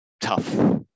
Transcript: tough